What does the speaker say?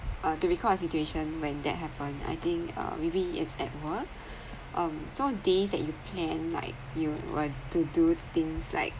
uh to because a situation when that happen I think um maybe it's at work um so days that you plan like you want to do things like